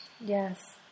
Yes